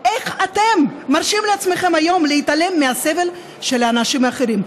איך אתם מרשים לעצמכם היום להתעלם מהסבל של אנשים אחרים?